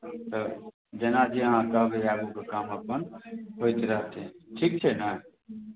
तऽ जेना जे अहाँ कहबै आगूके काम अपन होइत रहतै ठीक छै ने